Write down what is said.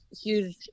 huge